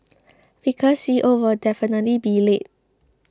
because C O will definitely be late